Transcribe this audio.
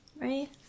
Ready